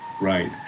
right